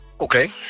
Okay